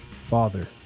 Father